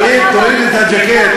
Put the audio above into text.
תוריד את הז'קט,